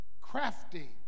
crafty